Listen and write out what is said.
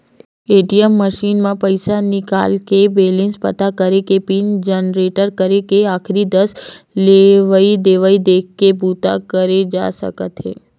ATM machine म पइसा निकाले के, बेलेंस पता करे के, पिन जनरेट करे के, आखरी दस लेवइ देवइ देखे के बूता करे जा सकत हे